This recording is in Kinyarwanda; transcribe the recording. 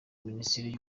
minisiteri